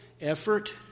effort